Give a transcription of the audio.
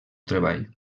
treball